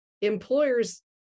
employers